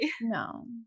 No